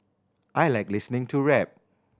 I like listening to rap